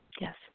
Yes